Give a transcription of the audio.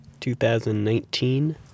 2019